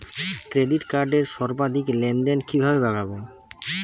Credit কার্ডের সর্বাধিক লেনদেন কিভাবে বাড়াবো?